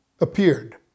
appeared